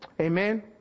Amen